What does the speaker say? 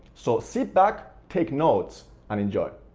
so sit back, take notes, and enjoy.